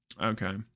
Okay